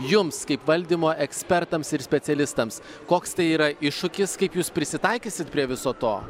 jums kaip valdymo ekspertams ir specialistams koks tai yra iššūkis kaip jūs prisitaikysit prie viso to